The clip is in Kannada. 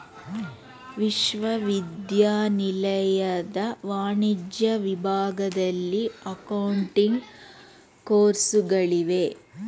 ವಿಶ್ವವಿದ್ಯಾನಿಲಯದ ವಾಣಿಜ್ಯ ವಿಭಾಗದಲ್ಲಿ ಅಕೌಂಟಿಂಗ್ ಕೋರ್ಸುಗಳಿಗೆ